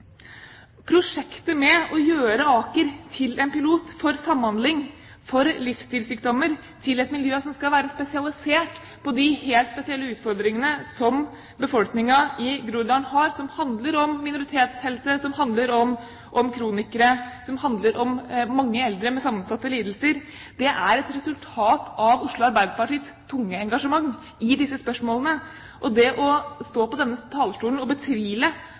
Prosjektet med å gjøre Aker til en pilot for samhandling når det gjelder livsstilssykdommer, til et miljø som skal være spesialisert på de helt spesielle utfordringene som befolkningen i Groruddalen har, som handler om minoritetshelse, som handler om kronikere, som handler om mange eldre med sammensatte lidelser, er et resultat av Oslo Arbeiderpartis tunge engasjement i disse spørsmålene. Og det å stå på denne talerstolen og betvile